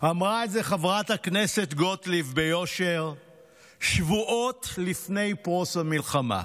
אמרה את זה חברת הכנסת גוטליב ביושר שבועות לפני פרוץ המלחמה: